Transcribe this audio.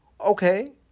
okay